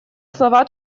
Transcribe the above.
слова